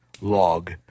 log